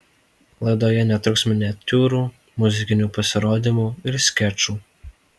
laidoje netruks miniatiūrų muzikinių pasirodymų ir skečų